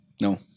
no